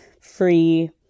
free